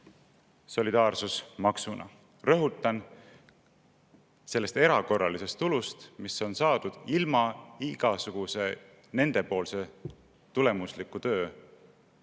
solidaarsusmaksuna. Rõhutan: sellest erakorralisest tulust, mis on saadud ilma igasuguse nende tulemusliku tööta.